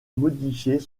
modifier